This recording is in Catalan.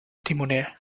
timoner